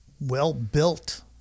well-built